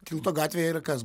tilto gatvėje yra kas